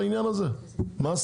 אני לא מבין מה הסיפור.